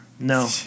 No